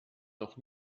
noch